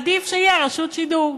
עדיף שתהיה רשות שידור.